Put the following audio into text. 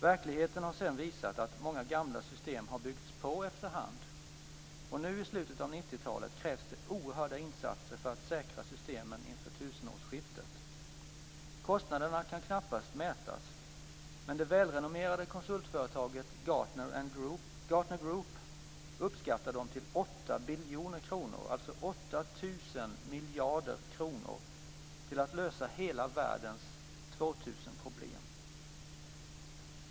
Verkligheten har sedan visat att många gamla system kunnat byggas på efterhand, och nu, i slutet av 90-talet, krävs det oerhörda insatser för att säkra systemen inför tusenårsskiftet. Kostnaderna kan knappast mätas, men det välrenommerade konsultföretaget Gartner Group uppskattar kostnaderna för att lösa hela världens 2000-problem till 8 biljoner kronor, alltså 8 000 miljarder kronor.